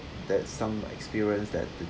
that some experience that